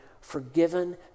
forgiven